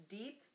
deep